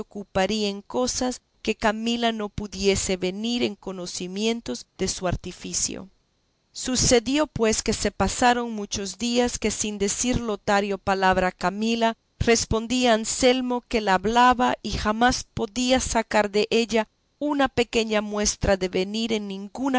ocuparía en cosas que camila no pudiese venir en conocimiento de su artificio sucedió pues que se pasaron muchos días que sin decir lotario palabra a camila respondía a anselmo que la hablaba y jamás podía sacar della una pequeña muestra de venir en